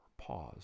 pause